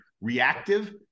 reactive